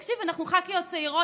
תקשיב, אנחנו ח"כיות צעירות.